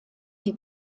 die